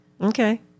Okay